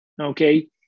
Okay